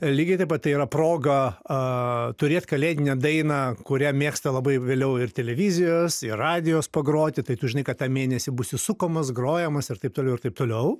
lygiai taip pat tai yra proga a turėt kalėdinę dainą kurią mėgsta labai vėliau ir televizijos ir radijos pagroti tai tu žinai kad tą mėnesį būsi sukamas grojamas ir taip toliau ir taip toliau